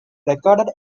recorded